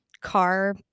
car